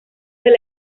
del